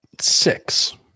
Six